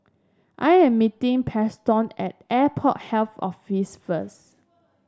I am meeting Preston at Airport Health Office first